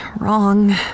wrong